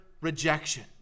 rejection